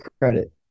credit